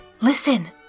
Listen